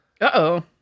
Uh-oh